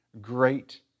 great